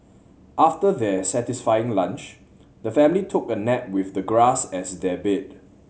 after their satisfying lunch the family took a nap with the grass as their bed